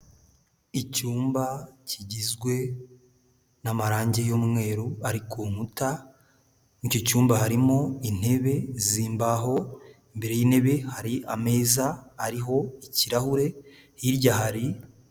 Icyumba kigizwe n'amarangi y'umweru, ari ku nkuta, muri icyo cyumba harimo intebe z'imbaho, imbere y'intebe hari ameza ariho ikirahure, hirya hari...